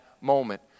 moment